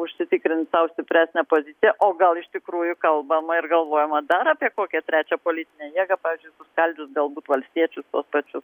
užsitikrint sau stipresnę poziciją o gal iš tikrųjų kalbama ir galvojama dar apie kokią trečią politinę jėgą pavyzdžiui suskaldžius galbūt valstiečius tuos pačius